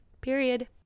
period